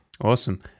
Awesome